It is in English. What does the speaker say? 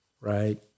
Right